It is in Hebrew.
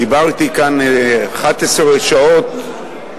דיברתי כאן 11 שעות.